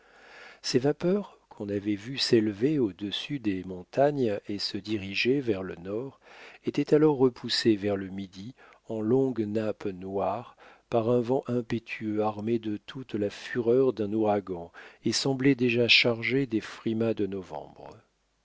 ces vapeurs qu'on avait vues s'élever au-dessus des montagnes et se diriger vers le nord étaient alors repoussées vers le midi en longue nappe noire par un vent impétueux armé de toute la fureur d'un ouragan et semblait déjà chargé des frimas de novembre